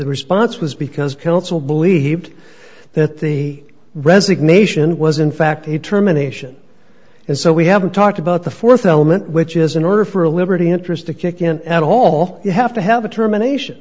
response was because counsel believed that the resignation was in fact a terminations and so we have talked about the fourth element which is in order for a liberty interest to kick in at all you have to have a termination